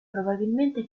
probabilmente